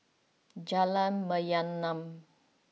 Jalan Mayaanam